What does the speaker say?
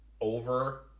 over